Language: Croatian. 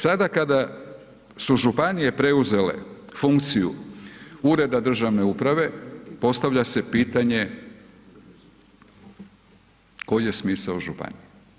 Sada kada su županije preuzele funkciju ureda državne uprave, postavlja se pitanje koji je smisao županija?